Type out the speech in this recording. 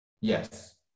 Yes